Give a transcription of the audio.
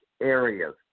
areas